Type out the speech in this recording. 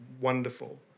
wonderful